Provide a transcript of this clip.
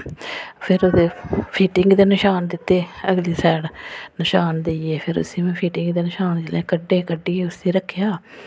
फिर ओह्दे फिटिंग दे नशान दित्ते अगली साइड नशान देइयै फिर उस्सी में फिटिंग दे नशान जिल्लै कड्डे कड्डियै उस्सी रक्खेआ